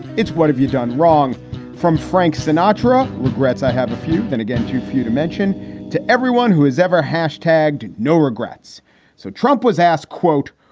it's what have you done wrong from frank sinatra? regrets? i have a few. then again, too few to mention to everyone who has ever hash tagged, no regrets so trump was asked, quote,